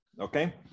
Okay